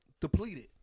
depleted